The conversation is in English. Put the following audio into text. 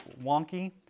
wonky